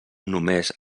només